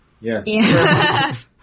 Yes